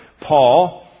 Paul